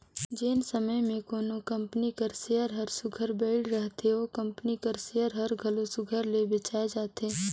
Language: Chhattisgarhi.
जेन समे में कोनो कंपनी कर सेयर हर सुग्घर बइढ़ रहथे ओ कंपनी कर सेयर हर घलो सुघर ले बेंचाए जाथे